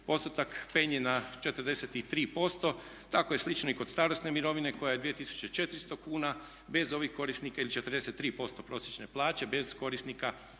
postotak penje na 43%. Tako je slično i kod starosne mirovine koja je 2400 kuna bez ovih korisnika ili 43% prosječne plaće bez korisnika